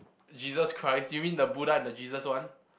Jesus-Christ you mean the Buddha and the Jesus one